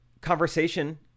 conversation